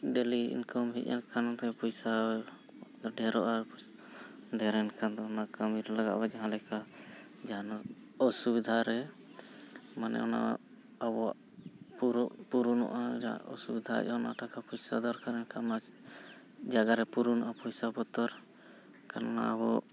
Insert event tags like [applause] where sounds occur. daily income ᱦᱮᱡ ᱮᱱ ᱠᱷᱟᱱ ᱯᱚᱭᱥᱟ ᱰᱷᱮᱨᱚᱜᱼᱟ ᱰᱷᱮᱨ ᱮᱱᱠᱷᱟᱱ ᱫᱚ ᱚᱱᱟ ᱠᱟᱹᱢᱤ ᱨᱮ ᱞᱟᱜᱟᱜᱼᱟ ᱡᱟᱦᱟᱸ ᱞᱮᱠᱟ ᱡᱟᱦᱟᱱᱟᱜ ᱚᱥᱩᱵᱤᱫᱷᱟ ᱨᱮ ᱢᱟᱱᱮ ᱚᱱᱟ ᱟᱵᱚᱣᱟᱜ [unintelligible] ᱯᱩᱨᱱᱚᱜᱼᱟ ᱡᱟᱦᱟᱸ ᱚᱥᱩᱵᱤᱫᱷᱟ ᱚᱱᱟ ᱴᱟᱠᱟᱼᱯᱚᱭᱥᱟ ᱫᱚᱨᱠᱟᱨ ᱮᱱᱠᱷᱟᱱ ᱚᱱᱟ ᱡᱟᱭᱜᱟ ᱨᱮ ᱯᱩᱨᱱᱚᱜᱼᱟ ᱯᱚᱭᱥᱟ ᱵᱚᱛᱚᱨ ᱠᱷᱟᱱ ᱚᱱᱟ ᱟᱵᱚ